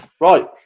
Right